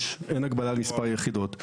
אין הגבלה למספר יחידות.